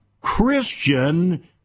Christian